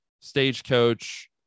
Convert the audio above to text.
stagecoach